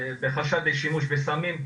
בחשד לשימוש בסמים.